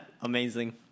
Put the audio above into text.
Amazing